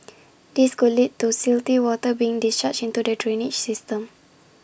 this could lead to silty water being discharged into the drainage system